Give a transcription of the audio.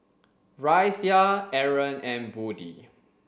Raisya Aaron and Budi